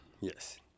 Yes